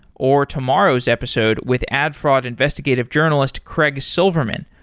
or tomorrow's episode with ad fraud investigative journalist, craig silverman,